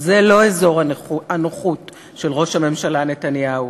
זה לא אזור הנוחות של ראש הממשלה נתניהו.